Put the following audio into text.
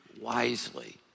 wisely